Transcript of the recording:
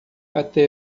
até